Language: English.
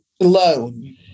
alone